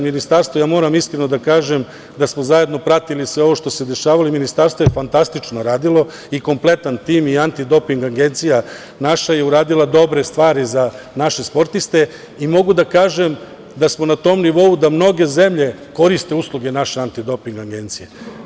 Moram iskreno da kažem da smo zajedno pratili sve ovo što se dešavalo i Ministarstvo je fantastično radilo i kompletan tim i Antidoping agencija naša je uradila dobre stvari za naše sportiste i mogu da kažem da smo na tom nivou da mnoge zemlje koriste usluge naše Antidoping agencije.